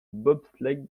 bobsleigh